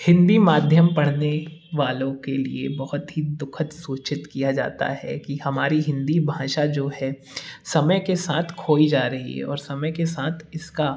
हिन्दी माध्यम पढ़ने वालों के लिए बहुत ही दुखद सूचित किया जाता है कि हमारी हिन्दी भाषा जो है समय के साथ खोई जा रही है और समय के साथ इसके